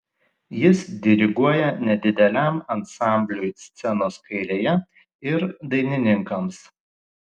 jis diriguoja nedideliam ansambliui scenos kairėje ir dainininkams